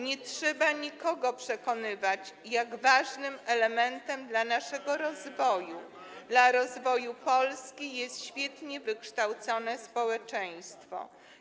Nie trzeba nikogo przekonywać, jak ważnym elementem dla naszego rozwoju, dla rozwoju Polski, jest świetnie wykształcone społeczeństwo.